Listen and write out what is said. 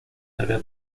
había